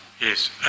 Yes